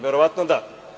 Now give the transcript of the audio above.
Verovatno, da.